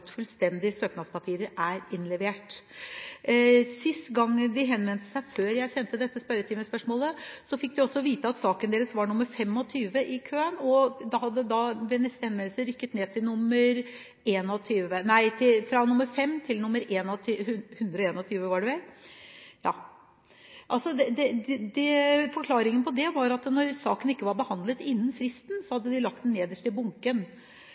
søknadspapirer er innlevert. Siste gang de henvendte seg, før jeg sendte dette spørretimespørsmålet, fikk de vite at saken deres var nr. 25 i køen. Ved neste henvendelse hadde den rykket ned til nr. 121. Forklaringen på det var at da saken ikke var behandlet innen fristen, så hadde de lagt den nederst i bunken. Jeg forstår ikke hvorfor det